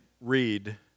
read